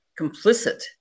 complicit